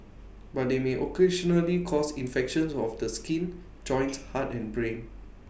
but they may occasionally cause infections of the skin joints heart and brain